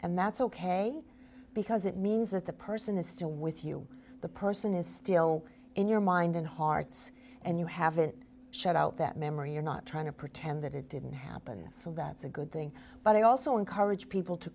and that's ok because it means that the person is still with you the person is still in your mind and hearts and you haven't shut out that memory you're not trying to pretend that it didn't happen so that's a good thing but i also encourage people to